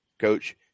Coach